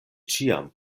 ĉiam